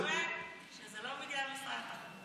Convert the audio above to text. זה אומר שזה לא בגלל משרד התחבורה?